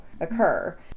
occur